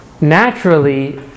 naturally